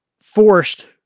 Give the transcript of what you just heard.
forced